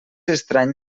estrany